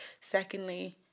secondly